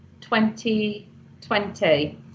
2020